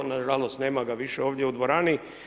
Nažalost, nema ga više ovdje u dvorani.